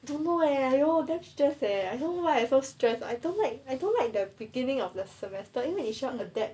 周末 eh !aiyo! damn stress eh you know why so stress I don't like I don't like the beginning of the semester 因为你需要 adapt